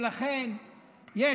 ולכן יש,